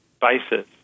basis